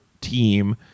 team